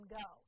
go